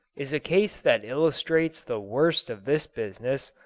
is a case that illustrates the worst of this business.